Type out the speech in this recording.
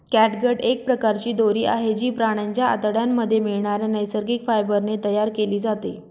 catgut एक प्रकारची दोरी आहे, जी प्राण्यांच्या आतड्यांमध्ये मिळणाऱ्या नैसर्गिक फायबर ने तयार केली जाते